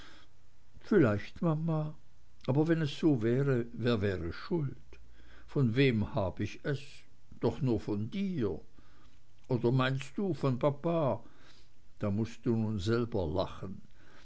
vielleicht mama aber wenn es so wäre wer wäre schuld von wem hab ich es doch nur von dir oder meinst du von papa da mußt du nun selber lachen